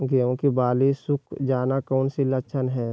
गेंहू की बाली सुख जाना कौन सी लक्षण है?